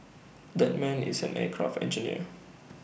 that man is an aircraft engineer